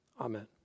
Amen